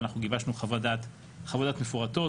אנחנו גיבשנו חוות דעת מפורטות